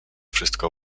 wszystko